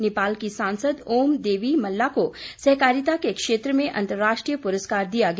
नेपाल की सांसद ओम देवी मल्ला को सहकारिता के क्षेत्र में अंतर्राष्ट्रीय पुरस्कार दिया गया